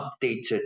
updated